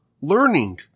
learning